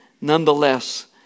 Nonetheless